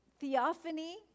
theophany